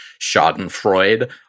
Schadenfreude